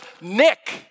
Nick